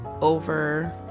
over